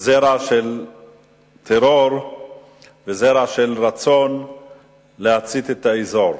זרע של טרור וזרע של רצון להצית את האזור.